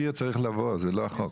צריך לבוא, זה לא החוק.